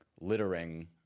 littering